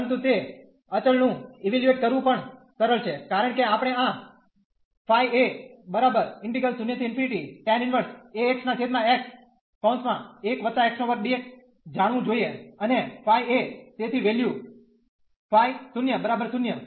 પરંતુ તે અચળ નું ઇવેલ્યુએટ કરવું પણ સરળ છે કારણ કે આપણે આ જાણવું જોઈએ અને ϕ તેથી વેલ્યુ ϕ 0